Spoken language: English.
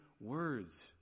words